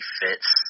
fits